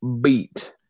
beat